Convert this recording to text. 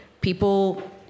people